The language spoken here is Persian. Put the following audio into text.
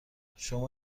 شما